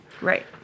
Right